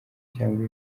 cyangwa